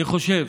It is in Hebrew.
אני חושב